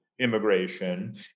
immigration